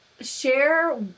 share